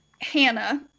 Hannah